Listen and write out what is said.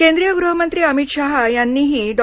केंद्रीय गृहमंत्री अमित शाह यांनीही डॉ